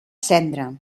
cendra